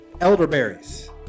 elderberries